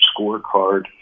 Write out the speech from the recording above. scorecard